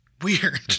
weird